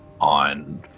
on